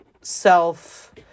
self